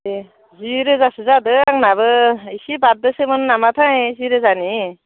दे जि रोजासो जादों आंनाबो इसे बारदोंसोमोन नामाथाइ जि रोजानि